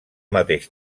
mateix